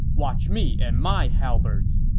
watch me and my halberds.